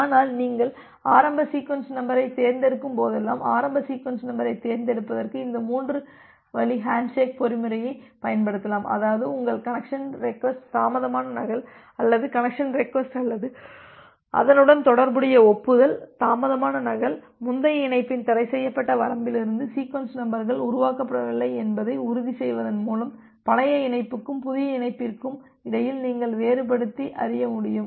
ஆனால் நீங்கள் ஆரம்ப சீக்வென்ஸ் நம்பரைத் தேர்ந்தெடுக்கும்போதெல்லாம் ஆரம்ப சீக்வென்ஸ் நம்பரைத் தேர்ந்தெடுப்பதற்கு இந்த மூன்று வழி ஹேண்ட்ஷேக் பொறிமுறையைப் பயன்படுத்தலாம் அதாவது உங்கள் கனெக்சன் ரெக்வஸ்ட் தாமதமான நகல் அல்லது கனெக்சன் ரெக்வஸ்ட் அல்லது அதனுடன் தொடர்புடைய ஒப்புதல் தாமதமான நகல் முந்தைய இணைப்பின் தடைசெய்யப்பட்ட வரம்பிலிருந்து சீக்வென்ஸ் நம்பர்கள் உருவாக்கப்படவில்லை என்பதை உறுதி செய்வதன் மூலம் பழைய இணைப்புக்கும் புதிய இணைப்பிற்கும் இடையில் நீங்கள் வேறுபடுத்தி அறிய முடியும்